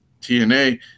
TNA